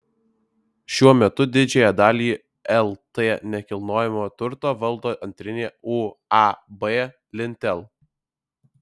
šiuo metu didžiąją dalį lt nekilnojamojo turto valdo antrinė uab lintel